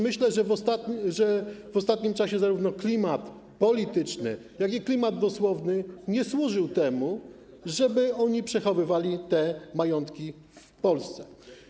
Myślę, że w ostatnim czasie zarówno klimat polityczny, jak i klimat dosłowny nie służył temu, żeby oni przechowywali te majątki w Polsce.